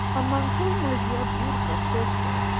among whom was your beautiful sister,